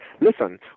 listen